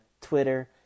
twitter